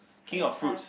very fast